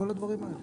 כל הדברים האלה.